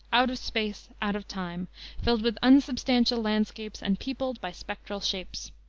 out of space, out of time filled with unsubstantial landscapes, and peopled by spectral shapes.